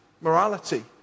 morality